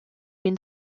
been